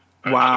Wow